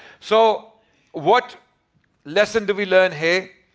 so what lesson did we learn here?